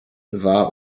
war